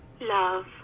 Love